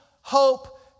hope